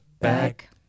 back